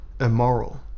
immoral